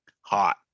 hot